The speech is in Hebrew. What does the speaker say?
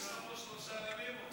יש לנו עוד שלושה ימים.